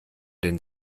den